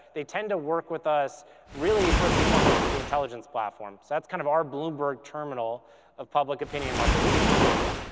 they tend to work with us really first and foremost with the intelligence platform. that's kind of our bloomberg terminal of public opinion market research data.